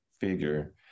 figure